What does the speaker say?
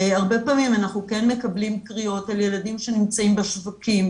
הרבה פעמים אנחנו כן מקבלים קריאות על ילדים שנמצאים בשווקים,